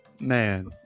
Man